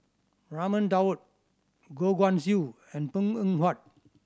Raman Daud Goh Guan Siew and Png Eng Huat